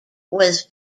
was